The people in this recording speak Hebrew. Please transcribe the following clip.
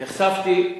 נחשפתי,